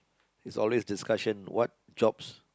is always discussion what jobs